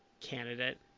candidate